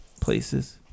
Places